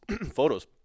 photos